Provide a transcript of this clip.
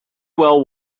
well